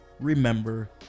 remember